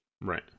Right